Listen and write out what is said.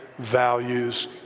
values